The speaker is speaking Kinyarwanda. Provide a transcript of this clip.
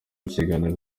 ikiganiro